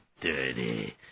dirty